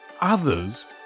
others